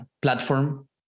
platform